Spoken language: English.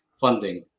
funding